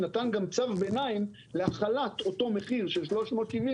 נתן גם צו ביניים להחלת אותו מחיר של 370